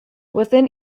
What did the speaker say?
within